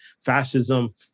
fascism